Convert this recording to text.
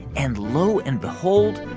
and lo and behold,